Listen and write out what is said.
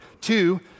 Two